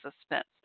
suspense